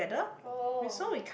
oh